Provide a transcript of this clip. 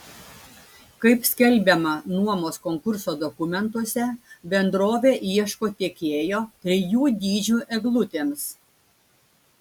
kaip skelbiama nuomos konkurso dokumentuose bendrovė ieško tiekėjo trijų dydžių eglutėms